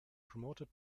promoted